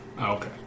Okay